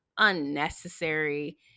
unnecessary